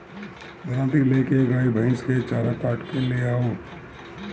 दराँती ले के गाय भईस के चारा काट के ले आवअ